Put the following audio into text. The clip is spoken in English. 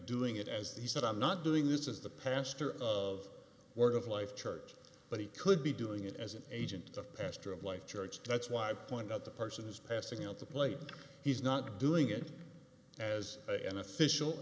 doing it as he said i'm not doing this is the pastor of work of life church but he could be doing it as an agent the pastor of life church that's why i point out the person is passing out the plate he's not doing it as an official